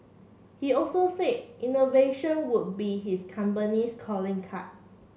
he also said innovation would be his company's calling card